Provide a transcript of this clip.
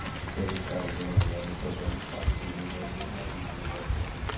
debit card से होने वाले स्वतः भुगतान के लिए नए नियम लागू किये गए है